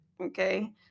Okay